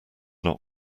not